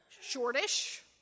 shortish